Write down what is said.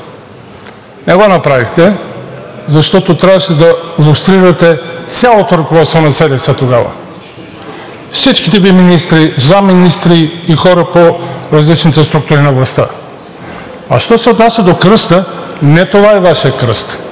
не го направихте, защото трябваше да лустрирате цялото ръководство на СДС тогава, всичките Ви министри, заместник-министри и хора по различните структури на властта. А що се отнася до кръста, не това е Вашият кръст.